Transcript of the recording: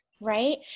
right